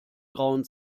grauen